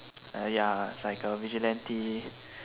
ya it's like a vigilante